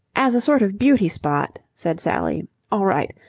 as a sort of beauty-spot, said sally, all right.